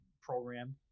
program